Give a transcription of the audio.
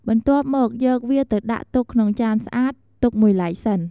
បន្ទាប់មក យកវាទៅដាក់ទុកក្នុងចានស្អាត ទុកមួយឡែកសិន។